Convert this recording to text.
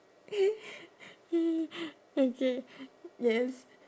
okay yes